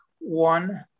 one